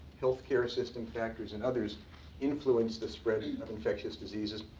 health care system factors, and others influence the spread and and of infectious diseases.